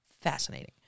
Fascinating